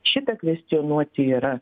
šitą kvestionuoti yra